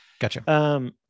gotcha